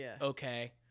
okay